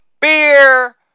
beer